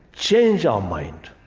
change our mind,